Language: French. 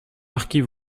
marquis